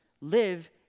live